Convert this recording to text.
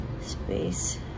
space